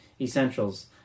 essentials